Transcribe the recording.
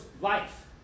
life